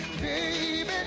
Baby